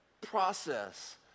process